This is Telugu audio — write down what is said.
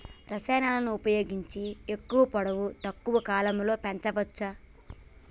రసాయనాలను ఉపయోగించి ఎక్కువ పొడవు తక్కువ కాలంలో పెంచవచ్చా?